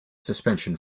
suspension